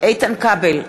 איתן כבל,